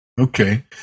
Okay